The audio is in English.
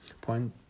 Point